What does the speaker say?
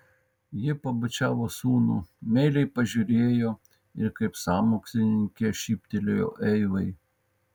ji pabučiavo sūnų meiliai pažiūrėjo ir kaip sąmokslininkė šyptelėjo eivai